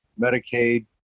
Medicaid